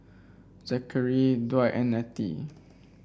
Zachary Dwight and Nettie